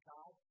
God